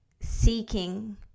seeking